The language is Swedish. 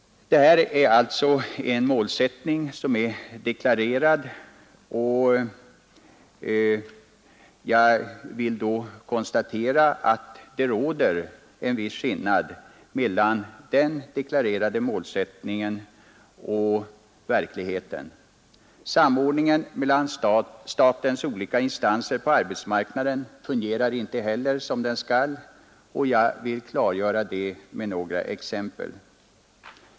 Detta är alltså en målsättning som är deklarerad, och jag konstaterar då att det råder en viss skillnad mellan den målsättningen och verkligheten. Samordningen mellan statens olika instanser på arbetsmarknaden fungerar inte heller som den skall. Jag vill här klargöra det med några exempel.